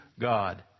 God